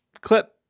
clip